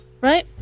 right